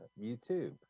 youtube